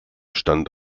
stand